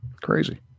Crazy